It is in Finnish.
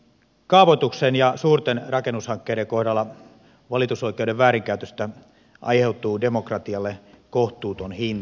kaavoituksen ja suurten rakennushankkeiden kohdalla valitusoikeuden väärinkäytöstä aiheutuu demokratialle kohtuuton hinta